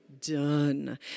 done